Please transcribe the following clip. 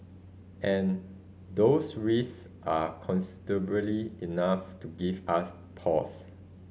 and those risks are considerably enough to give us pause